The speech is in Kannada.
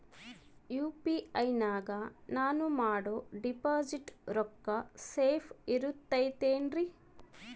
ಯು.ಪಿ.ಐ ನಾಗ ನಾನು ಮಾಡೋ ಡಿಪಾಸಿಟ್ ರೊಕ್ಕ ಸೇಫ್ ಇರುತೈತೇನ್ರಿ?